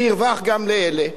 שירווח גם לאלה.